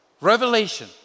revelation